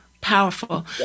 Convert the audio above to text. powerful